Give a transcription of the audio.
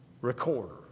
recorder